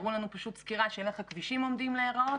הראו לנו סקירה איך הכבישים עומדים להיראות